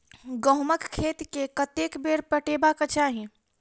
गहुंमक खेत केँ कतेक बेर पटेबाक चाहि?